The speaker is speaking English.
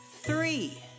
three